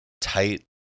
tight